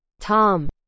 Tom